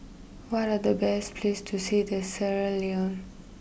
what are the best places to see the Sierra Leone